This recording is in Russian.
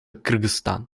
кыргызстан